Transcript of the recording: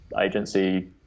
agency